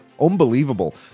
Unbelievable